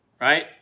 right